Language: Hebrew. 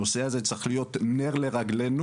הנושא הזה צריך להיות נר לרגלינו,